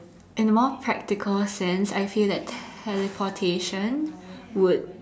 in a more practical sense I feel that teleportation would